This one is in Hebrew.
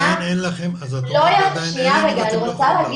שעדיין אין לכם ואתם לא יכולים להעביר.